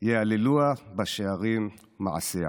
יהללוה בשערים מעשיה.